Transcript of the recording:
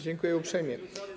Dziękuję uprzejmie.